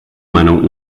meinung